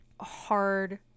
hard